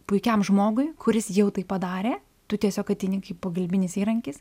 puikiam žmogui kuris jau tai padarė tu tiesiog ateini kaip pagalbinis įrankis